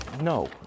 No